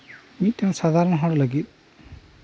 ᱢᱤᱫᱴᱮᱱ ᱥᱟᱫᱷᱟᱨᱚᱱ ᱦᱚᱲ ᱞᱟᱹᱜᱤᱫ